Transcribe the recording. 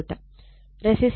resistance ഇവിടെ 0